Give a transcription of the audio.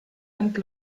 and